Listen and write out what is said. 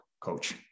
Coach